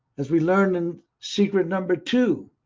as we learned in secret number two,